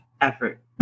effort